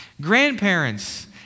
Grandparents